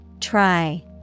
Try